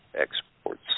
exports